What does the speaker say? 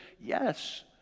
yes